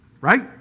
right